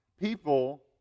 People